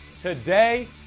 Today